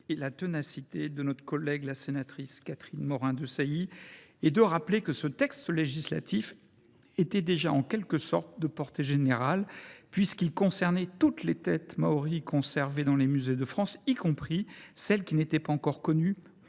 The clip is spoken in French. et la ténacité de notre collègue sénatrice Catherine Morin Desailly et de rappeler que ce texte législatif était déjà, en quelque sorte, de portée générale, puisqu’il concernait toutes les têtes maories conservées dans des musées de France, y compris celles qui n’étaient pas encore connues